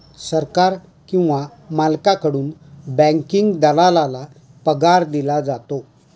सरकार किंवा मालकाकडून बँकिंग दलालाला पगार दिला जातो